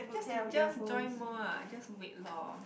just to just join more ah just wait lor